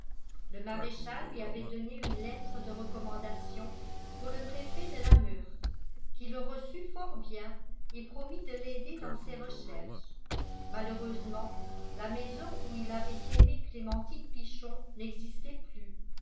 le maréchal lui avait donné une lettre de recommandation pour le préfet de la meurthe qui le reçut fort bien et promit de l'aider dans ses recherches malheureusement la maison où il avait aimé clémentine pichon n'existait plus